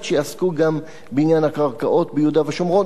שיעסקו גם בעניין הקרקעות ביהודה ושומרון,